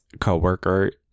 co-worker